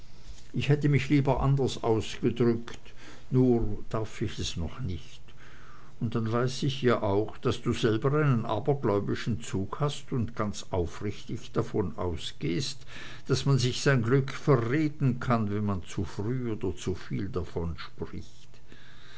ich hätte mich lieber anders ausgedrückt nur darf ich es noch nicht und dann weiß ich ja auch daß du selber einen abergläubischen zug hast und ganz aufrichtig davon ausgehst daß man sich sein glück verreden kann wenn man zu früh oder zuviel davon spricht